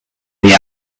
the